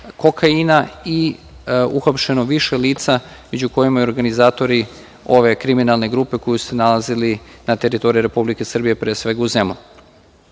kokaina i uhapšeno više lica među kojima su i organizatori ove kriminalne grupe koji su se nalazili na teritoriji Republike Srbije, pre svega u